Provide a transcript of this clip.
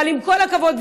אבל עם כל הכבוד,